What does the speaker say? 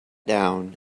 down